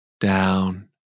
down